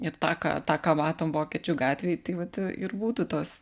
ir tą ką tą ką matom vokiečių gatvėj tai vat ir būtų tos